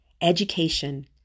Education